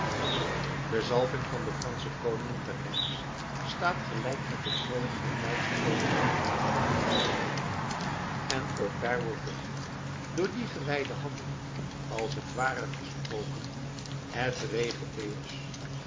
de zalving van de fransche koningen te rheims staat gelijk met de kroning der duitsche koningen te aken heer neef en ook daar wordt tot hen door die gewijde handeling als het ware gesproken et rege